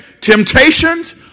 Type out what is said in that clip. Temptations